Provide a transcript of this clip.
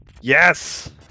Yes